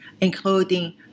including